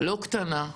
לא קטנה,